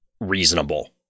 reasonable